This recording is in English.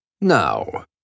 Now